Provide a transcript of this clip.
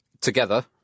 together